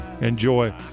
Enjoy